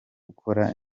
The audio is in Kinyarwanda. gukora